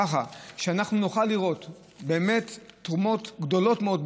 ככה שאנחנו נוכל לראות באמת תרומות גדולות מאוד,